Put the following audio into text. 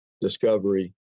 discovery